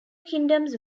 kingdoms